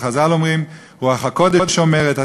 וחז"ל אומרים: רוח הקודש אומרת,